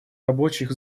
рабочих